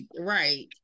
Right